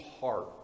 heart